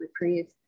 reprieve